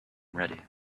ready